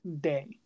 day